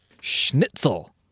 Schnitzel